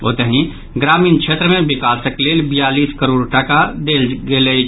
ओतहि ग्रामीण क्षेत्र मे विकासक लेल बियालीस करोड़ टाका देल गेल अछि